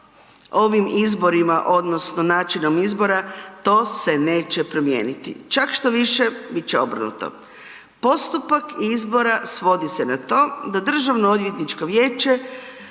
ovim izborima odnosno načinom izbora, to se neće promijeniti, čak štoviše, bit će obrnuto. Postupak izbora svodi se na to da Državnoodvjetničko vijeće